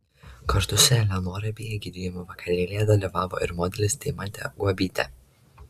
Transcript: kartu su eleonora bei egidijumi vakarėlyje dalyvavo ir modelis deimantė guobytė